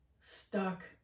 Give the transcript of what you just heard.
stuck